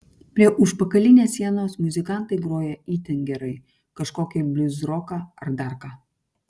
prie užpakalinės sienos muzikantai groja itin gerai kažkokį bliuzroką ar dar ką